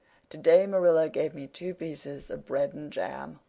today marilla give me two pieces of bread and jam,